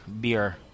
beer